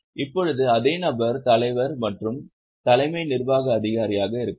இப்போது அதே நபர் தலைவர் மற்றும் தலைமை நிர்வாக அதிகாரியாக இருக்கலாம்